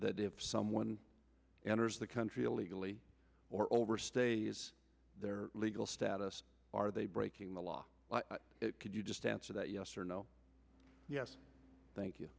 that if someone enters the country illegally or overstays their legal status are they breaking the law could you just answer that yes or no yes thank you